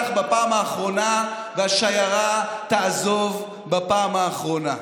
בפעם האחרונה והשיירה תעזוב בפעם האחרונה.